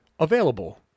Available